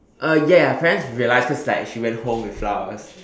uh ya ya her parents realize cause like she went home with flowers